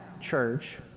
church